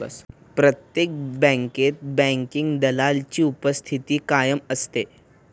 प्रत्येक बँकेत बँकिंग दलालाची उपस्थिती कायम असते